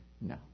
No